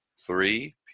Three